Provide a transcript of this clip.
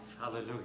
Hallelujah